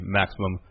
maximum